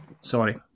Sorry